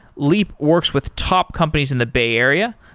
leap works with top companies in the bay area.